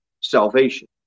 salvation